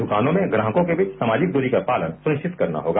दुकानों में ग्राहकों को भी सामाजिक दूरी का पालन सुनिश्चित करना होगा